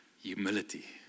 humility